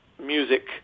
music